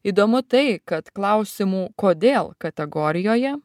įdomu tai kad klausimų kodėl kategorijoje